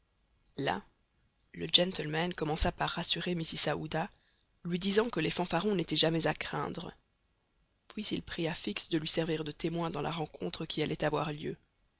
là le gentleman commença par rassurer mrs aouda lui disant que les fanfarons n'étaient jamais à craindre puis il pria fix de lui servir de témoin dans la rencontre qui allait avoir lieu